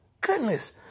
goodness